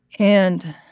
and.